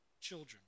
children